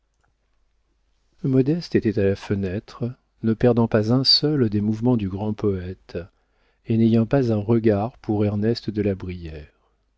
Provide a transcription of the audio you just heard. modeste était à la fenêtre ne perdant pas un seul des mouvements du grand poëte et n'ayant pas un regard pour ernest de la brière